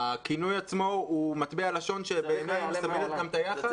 הכינוי עצמו הוא מטבע לשון שבעיננו מסמל את היחס.